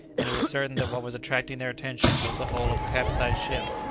and it was certain that what was attracting their attention was the hull of a capsized ship.